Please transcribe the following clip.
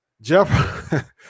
Jeff